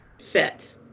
fit